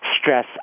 stress